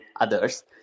others